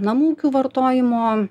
namų ūkių vartojimo